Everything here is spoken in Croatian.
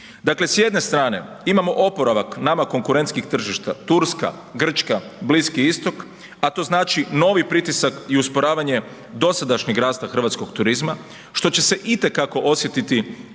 Dakle, s jedne strane imamo oporavak nama konkurentskih tržišta, Turska, Grčka, Bliski Istok, a to znači, novi pritisak i usporavanje dosadašnjeg rasta hrvatskog turizma, što će se i te kako osjetiti